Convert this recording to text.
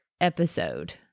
episode